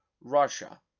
Russia